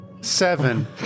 Seven